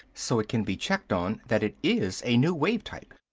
so it can be checked on that it is a new wave-type.